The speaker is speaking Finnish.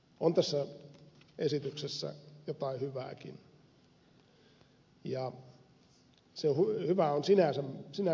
on tässä esityksessä jotain hyvääkin ja se hyvä on sinänsä merkittävää